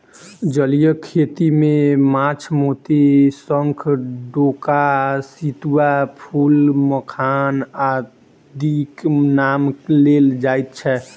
जलीय खेती मे माछ, मोती, शंख, डोका, सितुआ, फूल, मखान आदिक नाम लेल जाइत छै